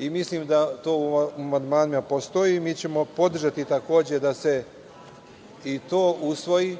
Mislim da to u amandmanima postoji. Mi ćemo podržati, takođe, da se i to usvoji,